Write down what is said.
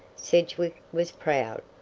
sedgwick was proud.